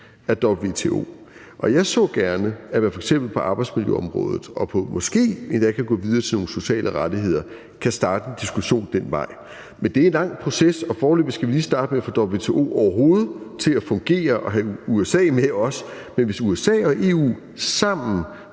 er WTO. Og jeg så gerne, at man f.eks. på arbejdsmiljøområdet – og måske kan det endda gå videre til nogle sociale rettigheder – kunne starte en diskussion ad den vej. Men det er en lang proces, og foreløbig skal vi lige starte med at få WTO til overhovedet at fungere, og vi skal have USA med også. Men hvis USA og EU sammen